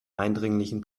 eindringlichen